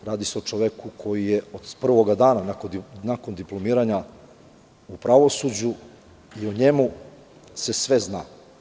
Radi se o čoveku koji je od prvog dana nakon diplomiranja u pravosuđu i o njemu se sve zna.